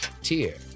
tier